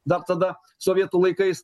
dar tada sovietų laikais